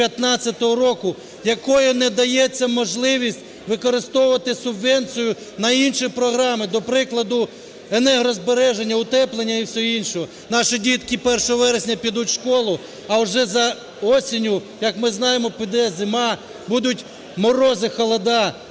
року, якою надається можливість використовувати субвенцію на інші програми. До прикладу, енергозбереження, утеплення і всього іншого. Наші дітки 1 вересня підуть у школу, а вже за осенью, як ми знаємо, прийде зима, будуть морози, холода.